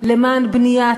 למען בניית,